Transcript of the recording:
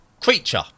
creature